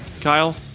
kyle